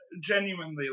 genuinely